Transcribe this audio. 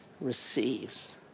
receives